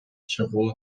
чыгуу